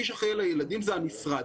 מי שאחראי על הילדים זה המשרד.